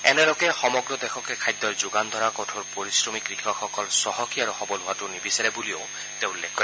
এনে লোকে সমগ্ৰ দেশকে খাদ্যৰ যোগান ধৰা কঠোৰ পৰিশ্ৰমী কৃষকসকল চহকী আৰু সৱল হোৱাটো নিবিচাৰে বুলিও তেওঁ উল্লেখ কৰে